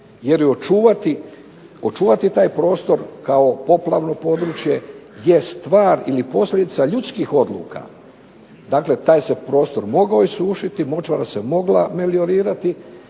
jer očuvati taj prostor kao poplavno područje je stvar ili posljedica ljudskih odluka, dakle taj se prostor mogao isušiti, močvara se mogla meliorirati